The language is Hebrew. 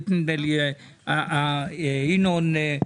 נדמה לי של אורית ושל ינון,